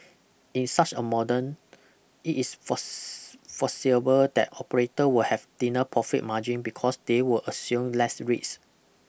in such a modern it is force foreseeable that operator will have thinner profit margin because they will assume less risk